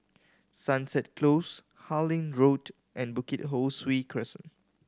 Sunset Close Harlyn Road and Bukit Ho Swee Crescent